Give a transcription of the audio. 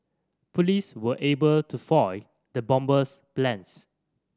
police were able to foil the bomber's plans